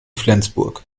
flensburg